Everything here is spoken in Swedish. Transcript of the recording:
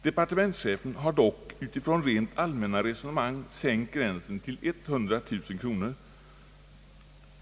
Departementschefen har dock utifrån rent allmänna resonemang sänkt gränsen till 100 000 kronor.